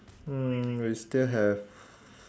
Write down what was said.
mm we still have